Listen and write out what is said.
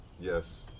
Yes